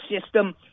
system